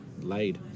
Laid